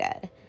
good